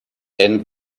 and